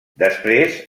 després